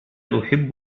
أحب